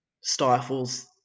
stifles